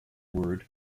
word